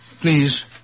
Please